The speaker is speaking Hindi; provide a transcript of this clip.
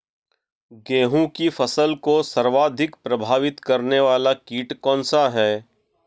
गेहूँ की फसल को सर्वाधिक प्रभावित करने वाला कीट कौनसा है?